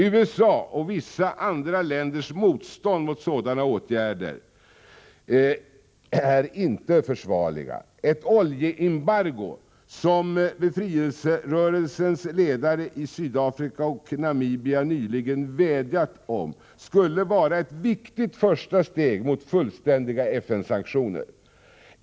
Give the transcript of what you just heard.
USA och vissa andra länders motstånd mot sådana åtgärder är inte försvarliga. Ett oljeembargo, som befrielserörelsens ledare i Sydafrika och Namibia nyligen vädjat om, skulle vara ett viktigt första steg mot fullständiga FN-sanktioner.